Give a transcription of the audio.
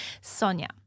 Sonia